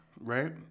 right